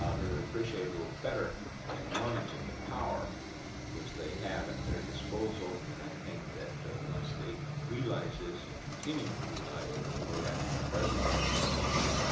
they would appreciate a little better the enormity of the power which they have at their disposal and i think that once they realize this and continue to realize it the way i think our present world leaders do,